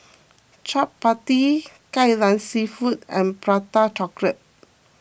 Chappati Kai Lan Seafood and Prata Chocolate